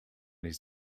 his